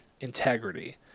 integrity